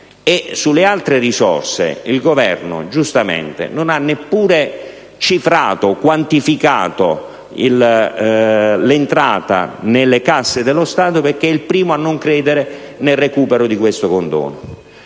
sulle altre risorse il Governo giustamente non ha neppure cifrato, quantificato l'entrata nelle casse dello Stato, perché è il primo a non credere nel recupero di questo condono.